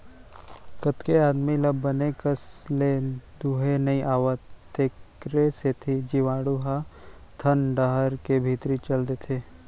कतेक आदमी ल बने कस ले दुहे नइ आवय तेकरे सेती जीवाणु ह थन डहर ले भीतरी चल देथे